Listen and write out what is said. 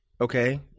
okay